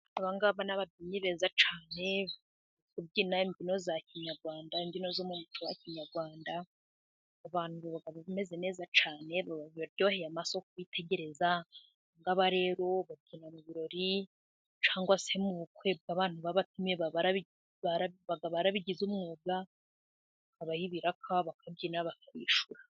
Aba ngaba ni ababyinnyi beza cyane, kubyina imbyino za kinyarwanda imbyino zo mu muco wa kinyarwanda, abantu bameze neza cyane baryoheye amaso kubitegereza, aba ngaba rero babyina mu birori cyangwa se mu bukwe bw'abantu baba babatumiye, baba barabigize umwuga, bakabaha ibiraka bakabyina bakabishyura.